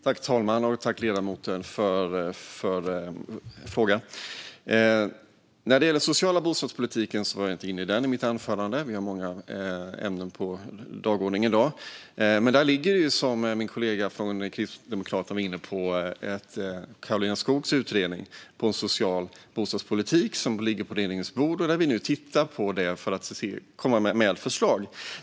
Herr talman! Jag tackar ledamoten för frågan. Den sociala bostadspolitiken var jag inte inne på i mitt anförande. Vi har många ämnen på dagordningen i dag. Men som min kollega från Kristdemokraterna var inne på ligger Karolina Skogs utredning om social bostadspolitik på regeringens bord, och vi tittar nu på detta för att komma med förslag.